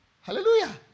Hallelujah